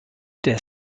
der